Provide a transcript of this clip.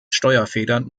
steuerfedern